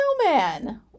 snowman